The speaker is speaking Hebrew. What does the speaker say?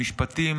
המשפטים,